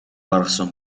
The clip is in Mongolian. гаргасан